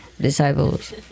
disciples